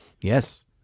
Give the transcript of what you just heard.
Yes